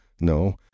No